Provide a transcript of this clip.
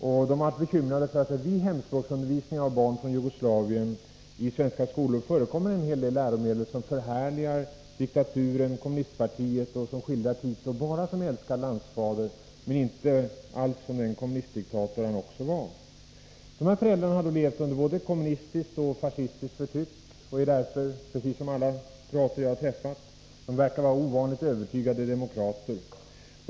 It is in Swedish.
De har varit bekymrade för att det vid hemspråksundervisning av barn från Jugoslavien i svenska skolor förekommer en hel del läromedel som förhärligar diktaturen och kommunistpartiet och skildrar Tito bara som älskad landsfader men inte alls som den kommunistdiktator han också var. Dessa föräldrar har levt under både kommunistiskt och fascistiskt förtryck och verkar, precis som alla kroater jag träffat, vara övertygade demokrater.